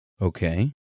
Okay